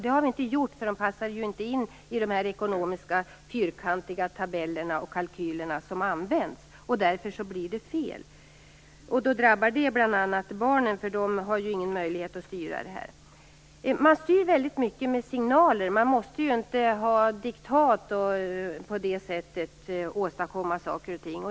Det har vi inte gjort, eftersom de inte passar in i de fyrkantiga ekonomiska tabeller och kalkyler som används. Därför blir det fel. Det drabbar bl.a. barnen. De har ju ingen möjlighet att styra detta. Man styr väldigt mycket med signaler. Man måste inte ha diktat för att på det sättet åstadkomma saker.